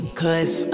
cause